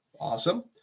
Awesome